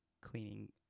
cleaning